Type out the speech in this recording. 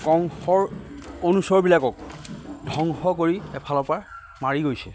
কংশৰ অনুচৰবিলাকক ধ্বংস কৰি এফালৰ পৰা মাৰি গৈছে